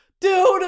Dude